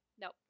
Nope